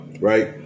right